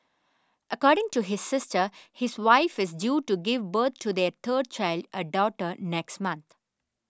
according to his sister his wife is due to give birth to their third child a daughter next month